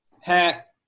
hat